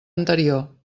anterior